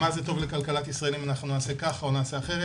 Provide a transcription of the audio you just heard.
מה זה טוב לכלכלת ישראל אם אנחנו נעשה ככה או נעשה אחרת.